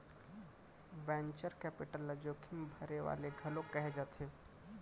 venture capital ल जोखिम भरे वाले घलोक कहे जाथे